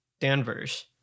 Danvers